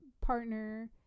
partner